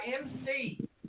MC